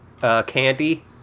Candy